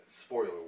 Spoiler